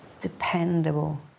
dependable